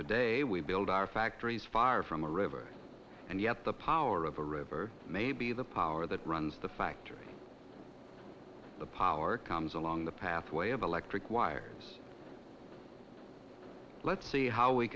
today we build our factories fire from the river and yet the power of a river may be the power that runs the factory the power comes along the pathway of electric wires lets see how we